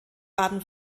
baden